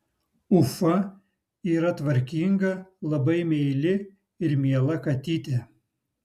ufa yra tvarkinga labai meili ir miela katytė